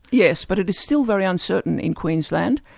yes, but it is still very uncertain in queensland.